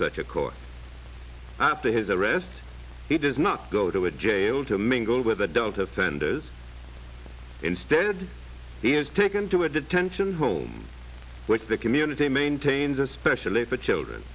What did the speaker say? such a court after his arrest he does not go to a jail to mingle with adult offenders instead he has taken to a detention home which the community maintains especially for children